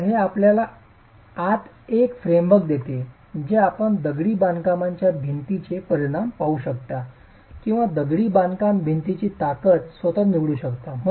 तर हे आपल्याला आत एक फ्रेमवर्क देते जे आपण दगडी बांधकामांच्या भिंतींचे परिमाण पाहू शकता किंवा दगडी बांधकाम भिंतीची ताकद स्वतःच निवडू शकता